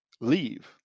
leave